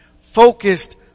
Focused